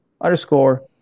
underscore